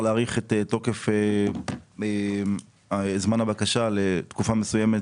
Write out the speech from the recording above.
להאריך את תוקף זמן הבקשה לתקופה מסוימת,